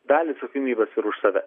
dalį atsakomybės ir už save